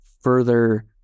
further